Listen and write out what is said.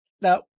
now